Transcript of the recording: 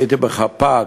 הייתי בחפ"ק,